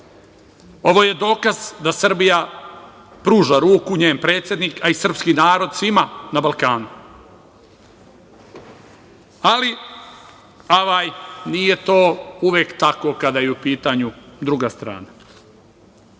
Ovo je dokaz da Srbija pruža ruku, njen predsednik, a i srpski narod svima na Balkanu. Avaj, nije to uvek tako kada je u pitanju druga strana.